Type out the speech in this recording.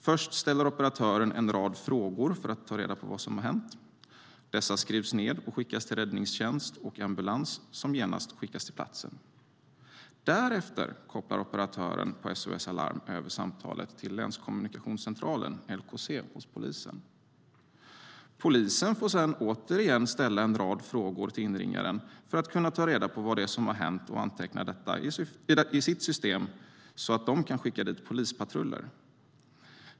Först ställer operatören en rad frågor för att ta reda på vad som hänt. Svaren skrivs ned och skickas till räddningstjänst och ambulans, som genast skickas till platsen. Därefter kopplar operatören vid SOS Alarm över samtalet till länskommunikationscentralen, LKC, hos polisen. Polisen får sedan i sin tur ställa en rad frågor till inringaren för att ta reda på vad som hänt och anteckna detta i sitt system så att de kan skicka dit polispatruller.